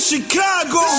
Chicago